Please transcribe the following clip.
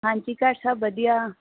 ਹਾਂਜੀ ਘਰ ਸਭ ਵਧੀਆ